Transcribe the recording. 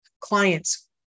clients